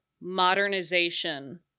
modernization